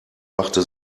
machte